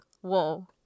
Whoa